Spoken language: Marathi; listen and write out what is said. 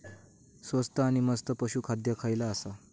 स्वस्त आणि मस्त पशू खाद्य खयला आसा?